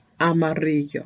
amarillo